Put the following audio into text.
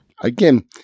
Again